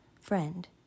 Friend